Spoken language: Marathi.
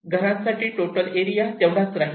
घरांसाठी टोटल एरिया तेवढाच राहिला